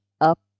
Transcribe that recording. up